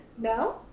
No